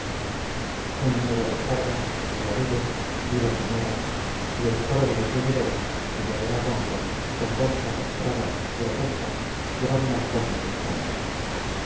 una nueva descarga alaridos vivas y mueras y el coro de los bebedores que ya era ronco con voces arrastradas grotescas llevaron al colmo su espanto